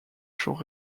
chants